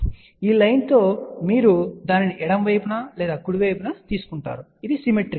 కాబట్టి ఈ లైన్ తో మీరు దానిని ఎడమ వైపున లేదా కుడి వైపున తీసుకుంటారు ఇది సిమెట్రీకల్